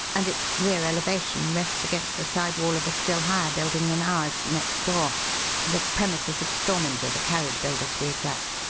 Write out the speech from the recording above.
and its rear elevation rests against the side wall of a still higher building than ours, next door the premises of storminger the carriage builder, to be exact.